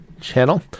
channel